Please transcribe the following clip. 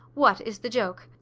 what is the joke?